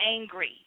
angry